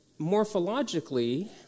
morphologically